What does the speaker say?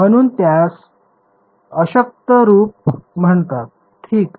म्हणून त्यास अशक्त रूप म्हणतात ठीक